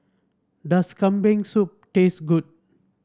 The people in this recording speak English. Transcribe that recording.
does Kambing Soup taste good